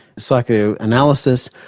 psychoanalysis,